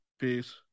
Peace